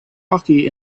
rocky